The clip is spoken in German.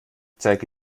zeige